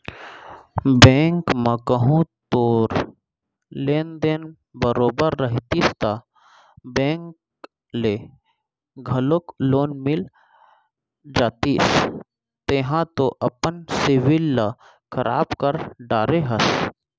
bank म कहूँ तोर लेन देन बरोबर रहितिस ता बेंक ले घलौक लोन मिल जतिस तेंहा तो अपन सिविल ल खराब कर डरे हस